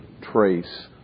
trace